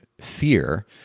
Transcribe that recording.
fear